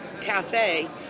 cafe